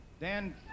Dan